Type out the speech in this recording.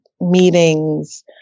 meetings